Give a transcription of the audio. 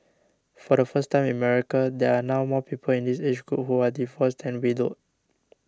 for the first time in America there are now more people in this age group who are divorced than widowed